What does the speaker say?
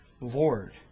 Lord